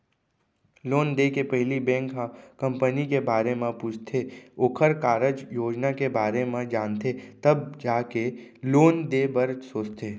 loan देय के पहिली बेंक ह कंपनी के बारे म पूछथे ओखर कारज योजना के बारे म जानथे तब जाके लोन देय बर सोचथे